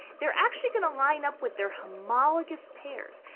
they are actually going to line up with their homologous pairs.